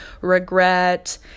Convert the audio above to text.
regret